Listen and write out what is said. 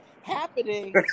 happening